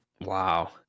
Wow